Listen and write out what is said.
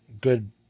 good